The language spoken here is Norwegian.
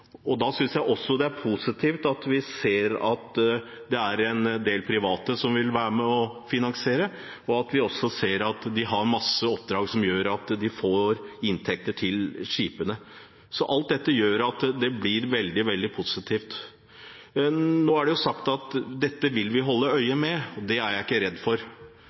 Da synes jeg også det er positivt at vi ser at det er en del private som vil være med og finansiere, og at vi også ser at de har masse oppdrag som gjør at de får inntekter til skipene. Så alt dette gjør at det blir veldig, veldig positivt. Nå er det sagt at dette vil vi holde øye med. Det er jeg ikke redd for.